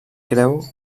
creu